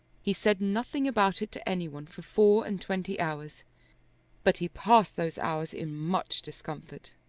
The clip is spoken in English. he said nothing about it to any one for four and twenty hours but he passed those hours in much discomfort.